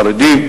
חרדים,